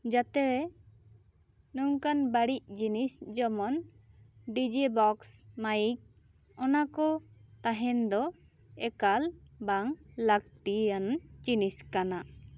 ᱡᱟᱛᱮ ᱱᱚᱝᱠᱟᱱ ᱵᱟᱹᱲᱤᱡ ᱡᱤᱱᱤᱥ ᱡᱚᱢᱚᱱ ᱰᱤᱡᱮ ᱵᱚᱠᱥ ᱢᱟᱭᱤᱠ ᱚᱱᱟ ᱠᱚ ᱛᱟᱦᱮᱱ ᱫᱚ ᱮᱠᱟᱞ ᱵᱟᱝ ᱞᱟ ᱠᱛᱤᱭᱟᱱ ᱡᱤᱱᱤᱥ ᱠᱟᱱᱟ